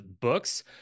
books